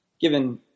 given